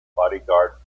bodyguard